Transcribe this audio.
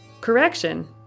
Correction